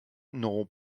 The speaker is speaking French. n’auront